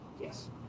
yes